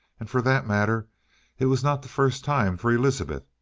and for that matter it was not the first time for elizabeth.